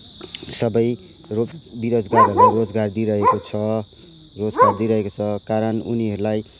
सबै बेरोजगारहरूलाई रोजगार दिइरहेको छ रोजगार दिइरहेको छ कारण उनीहरूलाई